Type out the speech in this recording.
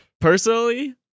Personally